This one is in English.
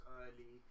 early